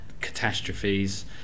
catastrophes